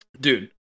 Dude